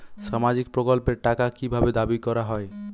সামাজিক প্রকল্পের টাকা কি ভাবে দাবি করা হয়?